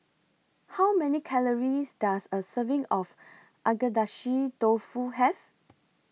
How Many Calories Does A Serving of Agedashi Dofu Have